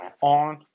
on